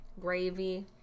gravy